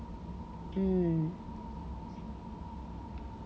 mm